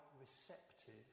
receptive